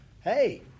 Hey